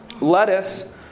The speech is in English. lettuce